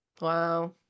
wow